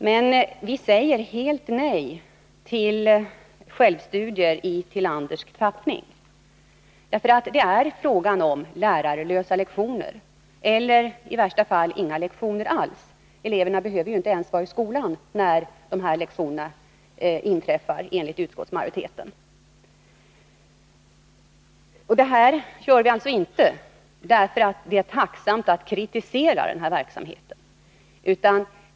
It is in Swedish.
Men vi säger helt nej till självstudier i Tillandersk tappning, för det är fråga om lärarlösa lektioner eller i värsta fall inga lektioner alls. Eleverna behöver juinte ens vara i skolan när lektionerna inträffar, enligt utskottsmajoriteten. Och det här ställningstagandet gör vi alltså inte därför att det är tacksamt att kritisera verksamheten.